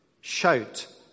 Shout